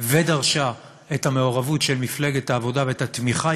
ודרשה את המעורבות של מפלגת העבודה ואת התמיכה,